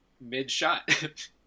mid-shot